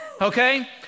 Okay